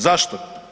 Zašto?